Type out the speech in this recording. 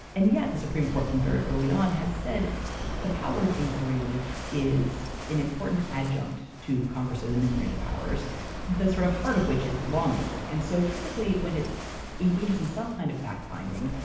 and yet, the supreme court, from very early on, has said the power of inquiry is an important adjunct to congress as enumerated is the sort of heart of which is lawmaking. and so typically when it engages in some kind of fact finding,